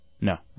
No